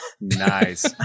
Nice